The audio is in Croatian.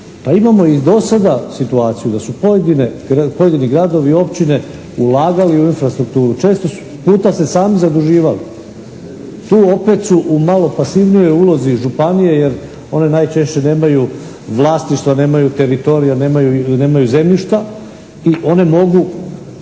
pa imamo i do sada situaciju da su pojedini gradovi i općine ulagali u infrastrukturu. Često puta se sami zaduživali. Tu opet su u malo pasivnijoj ulozi županije jer one najčešće nemaju vlasništva, nema teritorija ili nemaju zemljišta i one mogu